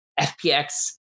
FPX